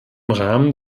rahmen